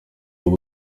ubu